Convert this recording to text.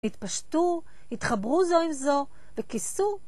התפשטו, התחברו זו עם זו, וכיסו.